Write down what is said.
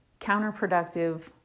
counterproductive